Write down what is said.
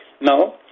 No